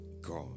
God